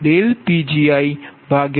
તો i12Pgi∂λ0